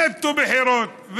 נטו בחירות.